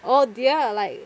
oh dear like